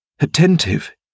Attentive